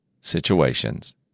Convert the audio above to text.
situations